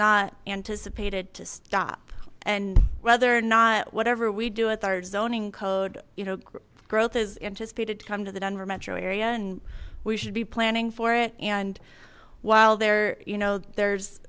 not anticipated to stop and whether or not whatever we do with our zoning code you know growth is anticipated to come to the denver metro area and we should be planning for it and while there you know there's